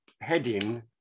heading